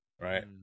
Right